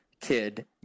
kid